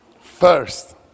First